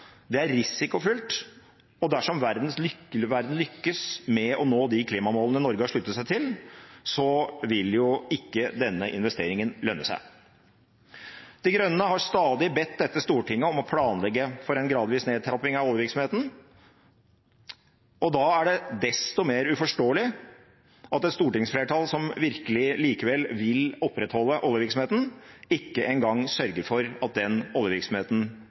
Det er risikofullt, og dersom verden lykkes med å nå de klimamålene Norge har sluttet seg til, så vil jo ikke denne investeringen lønne seg. De Grønne har stadig bedt dette Stortinget om å planlegge for en gradvis nedtrapping av oljevirksomheten, og da er det desto mer uforståelig at et stortingsflertall som virkelig likevel vil opprettholde oljevirksomheten, ikke engang sørger for at den oljevirksomheten